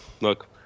look